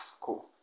cool